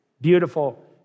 Beautiful